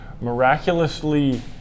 miraculously